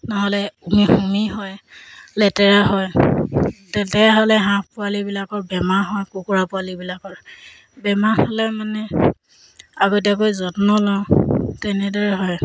নহ'লে হোমি হয় লেতেৰা হয় তেতিয়াহ'লে হাঁহ পোৱালিবিলাকৰ বেমাৰ হয় কুকুৰা পোৱালিবিলাকৰ বেমাৰ হ'লে মানে আগতীয়াকৈ যত্ন লওঁ তেনেদৰে হয়